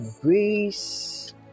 grace